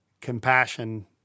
compassion